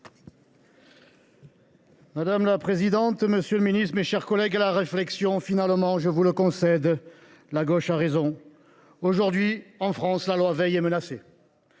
Madame la présidente, monsieur le garde des sceaux, mes chers collègues, à la réflexion, je vous le concède, la gauche a raison : aujourd’hui, en France, la loi Veil est menacée.